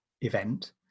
event